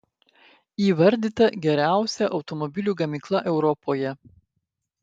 įvardyta geriausia automobilių gamykla europoje